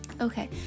Okay